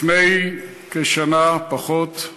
לפני כשנה, פחות,